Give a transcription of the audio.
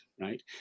right